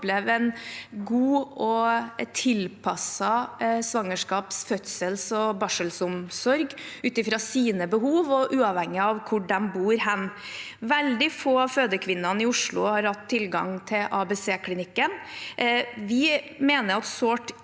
oppleve en god og tilpasset svangerskaps-, fødsels- og barselomsorg ut fra sine behov og uavhengig av hvor de bor. Veldig få av fødekvinnene i Oslo har hatt tilgang til ABC-klinikken. Vi mener at sårt